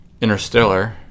Interstellar